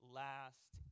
last